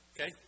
Okay